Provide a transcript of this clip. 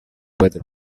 better